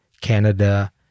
Canada